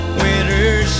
winter